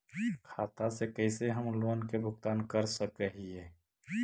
खाता से कैसे हम लोन के भुगतान कर सक हिय?